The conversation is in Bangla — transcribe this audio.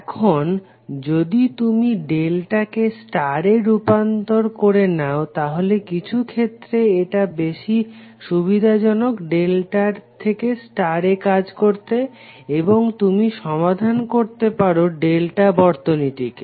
এখন যদি তুমি ডেল্টা কে স্টারে রূপান্তর করে নাও তাহলে কিছু ক্ষেত্রে এটা বেশি সুবিধাজনক ডেল্টা র থেকে স্টারে কাজ করতে এবং তুমি সমাধান করতে পারো ডেল্টা বর্তনীটিকে